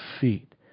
feet